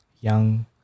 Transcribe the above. young